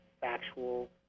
factual